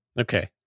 Okay